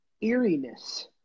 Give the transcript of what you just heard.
eeriness